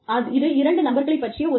இது இரண்டு நபர்களைப் பற்றிய ஒரு கதை